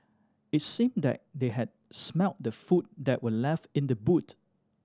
it seemed that they had smelt the food that were left in the boot